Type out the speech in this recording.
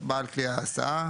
בעל כלי ההסעה,